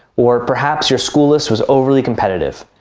or perhaps your school list was overly competitive.